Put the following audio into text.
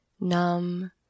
numb